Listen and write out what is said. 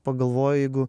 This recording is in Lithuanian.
pagalvoju jeigu